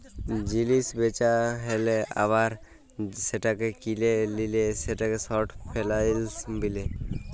জিলিস বেচা হ্যালে আবার সেটাকে কিলে লিলে সেটাকে শর্ট ফেলালস বিলে